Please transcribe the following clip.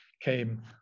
came